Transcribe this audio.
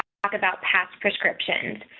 talks about past prescriptions.